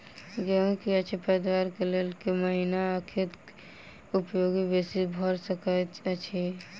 गेंहूँ की अछि पैदावार केँ लेल केँ महीना आ केँ खाद उपयोगी बेसी भऽ सकैत अछि?